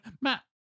Matt